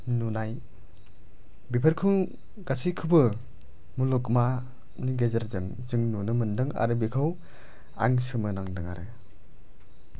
नुनाय बेफोरखौ गासैखौबो मुलुगमानि गेजेरजों जों नुनो मोनदों आरो बेखौ आं सोमो नांदों आरो